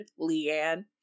leanne